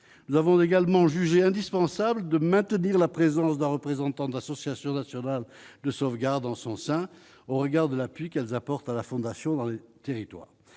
nous avons également jugé indispensable de maintenir la présence d'un représentant de l'association nationale de sauvegarde en son sein, au regard de l'appui qu'elles apportent à la fondation dans le territoire,